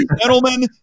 Gentlemen